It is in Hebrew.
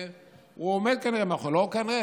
לכן הוא החליט מה שהוא החליט,